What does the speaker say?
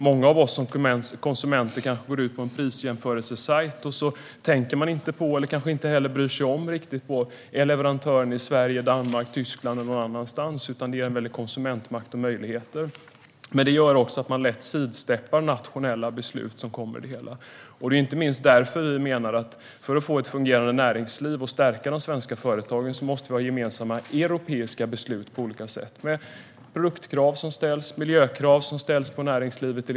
Många av oss konsumenter kanske går in på en prisjämförelsesajt och tänker kanske inte på, eller bryr oss kanske inte om, om leverantören är i Sverige, Danmark, Tyskland eller någon annanstans. Detta ger en stor konsumentmakt och stora möjligheter. Men det gör också att man lätt sidsteppar nationella beslut. Det är inte minst därför som vi menar att man för att få ett fungerande näringsliv och stärka de svenska företagen måste ha gemensamma europeiska beslut på olika sätt. Det handlar om produktkrav och miljökrav som ställs på näringslivet.